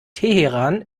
teheran